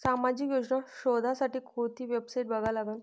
सामाजिक योजना शोधासाठी कोंती वेबसाईट बघा लागन?